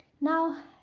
Now